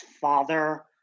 father